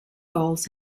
goals